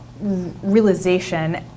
realization